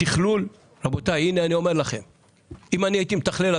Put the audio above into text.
אם אני הייתי מתכלל הכול,